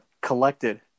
collected